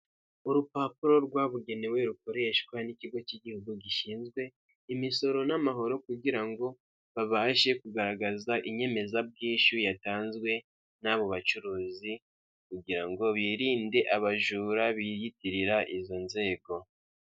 Urupapuro rwabugenewe rukoreshwa n'ikigo cy'igihugu gishinzwe imisoro n'amahoro, kugira ngo babashe kugaragariza inyemezabwishyu yatanzwe n'abo bacuruzi, kugira ngo birinde abajura biyitirira izo nzego.